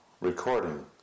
recording